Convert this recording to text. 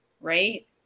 right